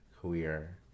queer